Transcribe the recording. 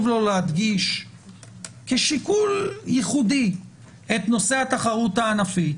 לו להדגיש כשיקול ייחודי את נושא התחרות הענפית,